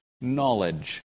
knowledge